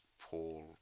Paul